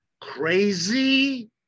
crazy